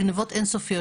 גניבות אינסופיות,